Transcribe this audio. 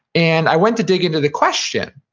and i went to dig into the question.